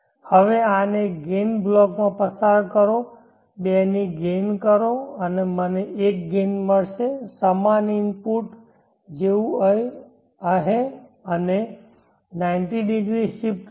હવે આને ગેઇન બ્લોકમાં પસાર કરો 2 ની ગેઇન કરો અને મને 1 ગેઇન મળશે સમાન ઇનપુટ જેવું અને 90 ° શિફ્ટ સાથે